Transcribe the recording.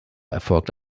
erfolgte